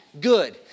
good